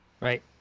right